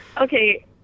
Okay